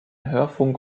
hörfunk